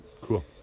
cool